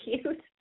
cute